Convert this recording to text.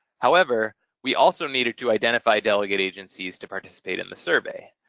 however, we also needed to identify delegate agencies to participate in the survey.